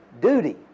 duty